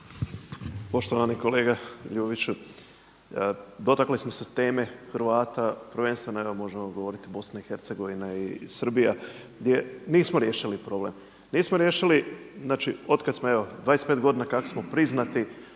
Poštovani kolega Ljubiću, dotakli smo se teme Hrvata, prvenstveno evo možemo govoriti BIH i Srbije gdje nismo riješili problem. Nismo riješili znači otkad smo, evo 25 godina kako smo priznati